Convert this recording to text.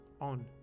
on